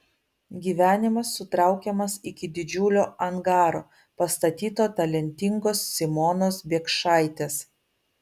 gyvenimas sutraukiamas iki didžiulio angaro pastatyto talentingos simonos biekšaitės